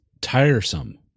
tiresome